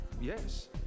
yes